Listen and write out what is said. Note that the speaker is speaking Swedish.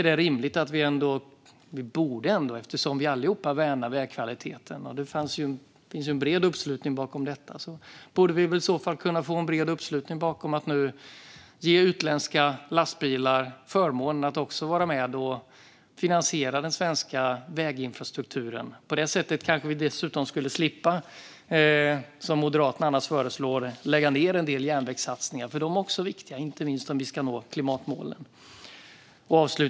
Det är rimligt, eftersom det finns en bred uppslutning bakom att värna vägkvaliteten, att vi skulle få en bred uppslutning bakom att ge utländska lastbilar förmånen att också vara med och finansiera den svenska väginfrastrukturen. På det sättet skulle vi slippa, som Moderaterna annars föreslår, att lägga ned en del järnvägssatsningar. De är också viktiga, inte minst om vi ska nå klimatmålen.